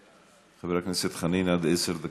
חבר הכנסת חנין, עד עשר דקות.